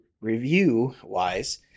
Review-wise